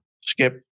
Skip